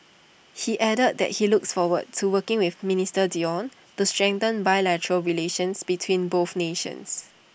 he added that he looks forward to working with minister Dion to strengthen bilateral relations between both nations